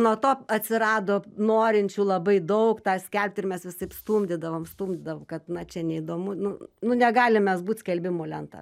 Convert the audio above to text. nuo to atsirado norinčių labai daug tą skelbti ir mes visaip stumdydavom stumdydavom kad na čia neįdomu nu nu negalim mes būt skelbimų lenta